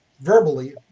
verbally